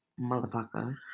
motherfucker